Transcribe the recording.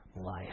life